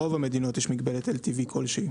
ברוב המדינות יש מגבלת LTV כלשהי.